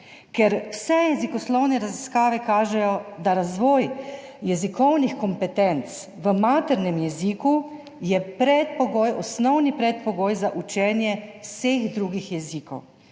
ker vse jezikoslovne raziskave kažejo, da je razvoj jezikovnih kompetenc v maternem jeziku osnovni predpogoj za učenje vseh drugih jezikov.